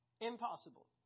Impossible